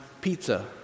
pizza